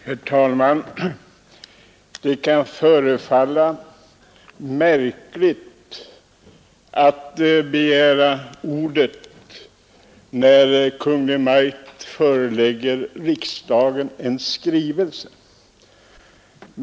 Herr talman! Det kan förefalla märkligt att begära ordet när Kungl. Maj:t förelägger riksdagen en skrivelse.